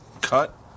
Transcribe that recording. Cut